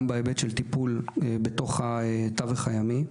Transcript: גם בהיבט של טיפול בתוך התווך הימי.